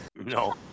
No